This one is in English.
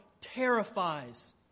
terrifies